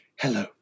Hello